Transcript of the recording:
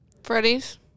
freddy's